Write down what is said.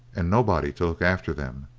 and nobody to look after them.